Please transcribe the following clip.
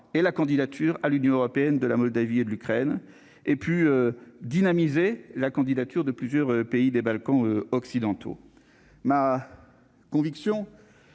et la candidature à l'Union européenne, de la Moldavie et l'Ukraine et pu dynamiser la candidature de plusieurs pays des Balkans occidentaux ma conviction